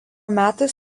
metais